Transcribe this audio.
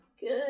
Good